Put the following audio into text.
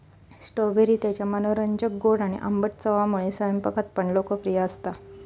strawberry त्याच्या मनोरंजक गोड आणि आंबट चवमुळा स्वयंपाकात पण लोकप्रिय असता